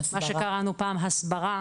מה שקראנו פעם הסברה,